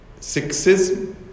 sexism